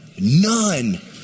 None